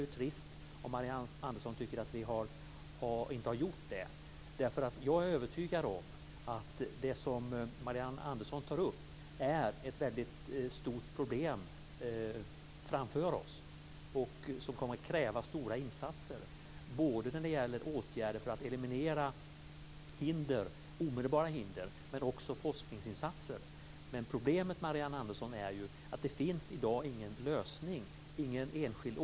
Det är trist om Marianne Andersson tycker att vi inte har gjort det. Jag är övertygad om att det som Marianne Andersson tar upp är ett väldigt stort problem som ligger framför oss och som kommer att kräva stora insatser både för att eliminera omedelbara hinder och för att stimulera forskningsinsatser. Men problemet, Marianne Andersson, är ju att det i dag inte finns någon lösning.